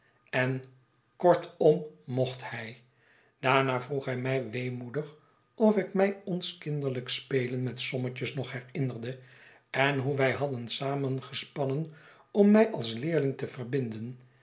en kortom mocht hij daarna vroeg hij mij weemoedig of ik mij ons kinderlijk spelen met sommetjes nog herinnerde en hoe wij hadden samengespannen om mij als leerling te verbinden